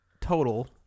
total